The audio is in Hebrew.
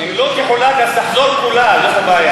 אם לא תחולק היא תחזור כולה, זו הבעיה.